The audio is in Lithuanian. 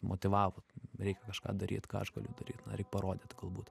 motyvavo reikia kažką daryt ką aš galiu daryt na reik parodyt galbūt